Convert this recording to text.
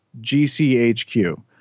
GCHQ